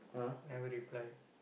never reply